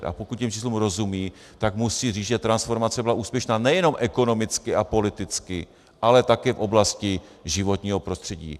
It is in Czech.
A pokud těm číslům rozumí, tak musí říct, že transformace byla úspěšná nejenom ekonomicky a politicky, ale také v oblasti životního prostředí.